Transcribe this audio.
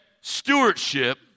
stewardship